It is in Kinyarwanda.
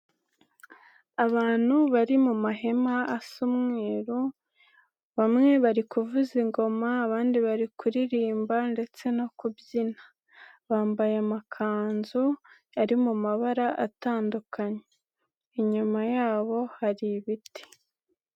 Abantu bari mu mahema asa umweru, bamwe bari kuvuza ingoma, abandi bari kuririmba ndetse no kubyina, bambaye amakanzu ari mu mabara atandukanye, inyuma yabo hari ibiti.